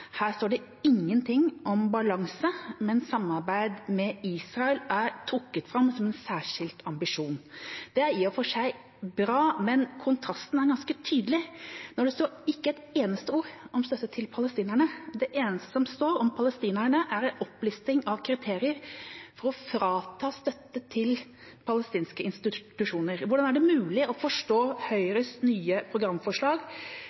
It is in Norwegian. Her står det ingenting om balanse, men samarbeid med Israel er trukket fram som en særskilt ambisjon. Det er i og for seg bra, men kontrasten er ganske tydelig når det ikke står et eneste ord om støtte til palestinerne. Det eneste som står om palestinerne, er en opplisting av kriterier for å frata palestinske institusjoner støtte. Hvordan er det mulig å forstå